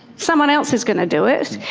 someone else is going to do it,